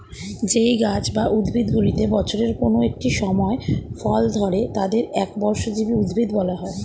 যেই গাছ বা উদ্ভিদগুলিতে বছরের কোন একটি সময় ফল ধরে তাদের একবর্ষজীবী উদ্ভিদ বলা হয়